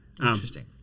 Interesting